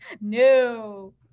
no